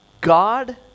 God